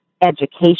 education